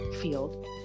field